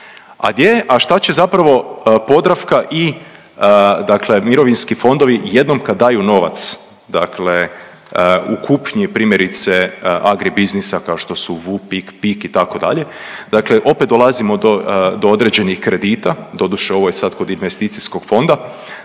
a šta će zapravo Podravka i dakle mirovinski fondovi jednom kad daju novac? Dakle u kupnji, primjerice, agribusinessa, kao što su Vupik, Pik, itd., dakle opet dolazimo do određenih kredita, doduše, ovo je sad kod investicijskog fonda.